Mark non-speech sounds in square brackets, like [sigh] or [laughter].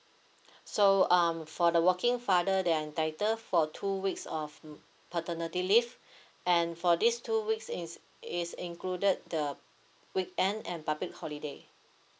so um for the working father they are entitle for two weeks of mm paternity leave [breath] and for these two weeks is it is included the weekend and public holiday